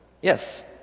Yes